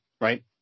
right